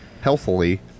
healthily